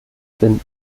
finden